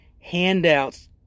handouts